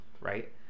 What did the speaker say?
right